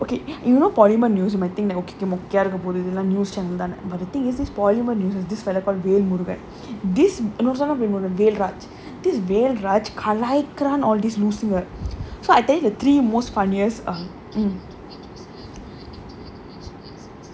okay you know polymer news from I think மொக்கையா இருக்க போது இதெல்லாம்:mokkaiyaa irukka pothu ithellaam news channel தான:thaana but the thing is this parliament uses this fellow call velmurugan rail motivates this Amazon of remote available this velraj this velraj கலாய்க்குறான்:kalaayikkuraan all this லூசுங்க:loosunga so I think the three most funniest ah